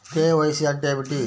KYC అంటే ఏమి?